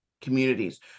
communities